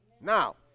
Now